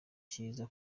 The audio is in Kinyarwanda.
cyiza